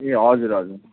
ए हजुर हजुर